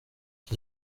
iki